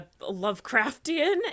Lovecraftian